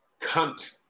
Cunt